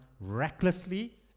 recklessly